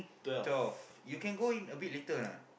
twelve you can go in a bit later or not